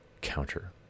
counter